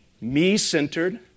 me-centered